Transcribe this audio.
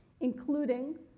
including